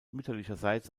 mütterlicherseits